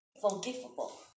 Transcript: forgivable